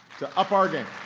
to up our game.